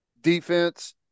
defense